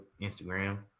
Instagram